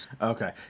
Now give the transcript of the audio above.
okay